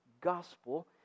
gospel